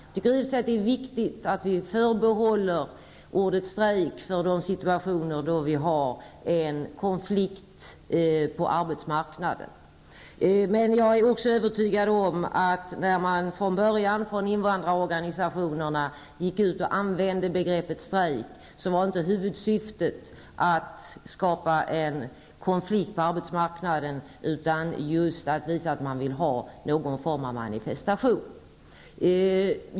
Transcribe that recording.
Jag tycker i och för sig att det är viktigt att vi förbehåller ordet strejk de situationer då vi har en konflikt på arbetsmarknaden, men jag är också övertygad om att när invandrarorganisationerna från början gick ut med begreppet strejk var huvudsyftet inte att skapa en konflikt på arbetsmarknaden utan att visa att man vill ha någon form av manifestation.